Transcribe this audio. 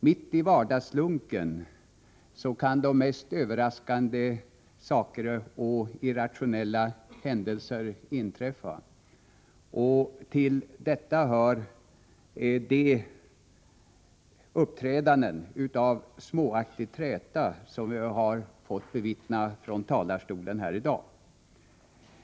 Mitt i vardagslunken kan de mest överraskande saker och irrationella händelser inträffa, och till detta hör de uppträdanden i fråga om småaktig träta som vi har fått bevittna här i dag.